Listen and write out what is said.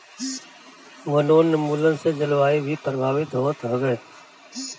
वनोंन्मुलन से जलवायु भी प्रभावित होत हवे